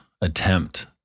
attempt